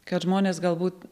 kad žmonės galbūt